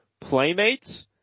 Playmates